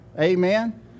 Amen